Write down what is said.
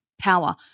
power